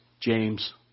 James